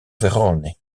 vérone